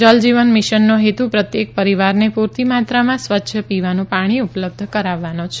જલજીવન મિશનનો હેતુ પ્રત્યેક પરિવારને પૂરતી માત્રામાં સ્વચ્છ પીવાનું પાણી ઉપલબ્ધ કરાવવાનો છે